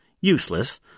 Useless